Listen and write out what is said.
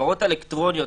בהעברות אלקטרוניות,